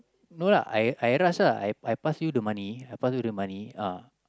no lah I I pass lah I pass you the money